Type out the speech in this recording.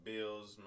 Bills